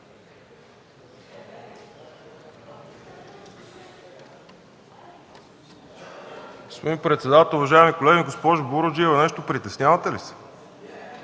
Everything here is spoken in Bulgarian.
Господин председател, уважаеми колеги! Госпожо Буруджиева, нещо притеснявате ли се?!